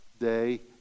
day